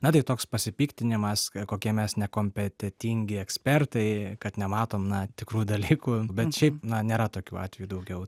na tai toks pasipiktinimas kad kokie mes nekompetentingi ekspertai kad nematom na tikrų dalykų bet šiaip na nėra tokių atvejų daugiau